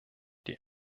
die